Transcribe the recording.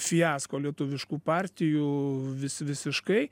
fiasko lietuviškų partijų vis visiškai